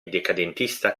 decadentista